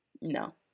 no